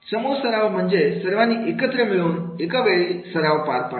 समूह सराव म्हणजे सर्वांनी एकत्र मिळून एकावेळी सराव पार पाडणे